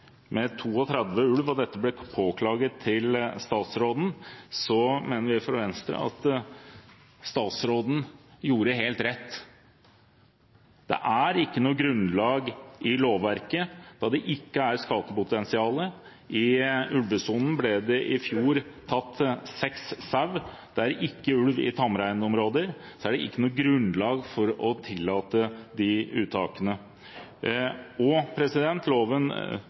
med 32 ulv og dette ble påklaget til statsråden, mener vi fra Venstre at statsråden gjorde helt rett. Det er ikke noe grunnlag i lovverket, da det ikke er skadepotensial. I ulvesonen ble det i fjor tatt seks sauer, det er ikke ulv i tamreinområder, så det er ikke noe grunnlag for å tillate de uttakene. Loven